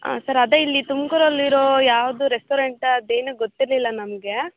sir ಅದೇ ಇಲ್ಲಿ ತುಮಕೂರಲ್ಲಿರೋ ಯಾವುದು ರೆಸ್ಟೋರೆಂಟಾ ಅದೇನು ಗೊತ್ತಿರಲಿಲ್ಲ ನಮಗೆ